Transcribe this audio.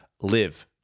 live